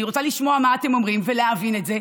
אני רוצה לשמוע מה אתם אומרים ולהבין את זה,